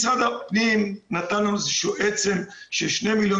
משרד הפנים נתן לנו איזושהי עצם של 2 מיליון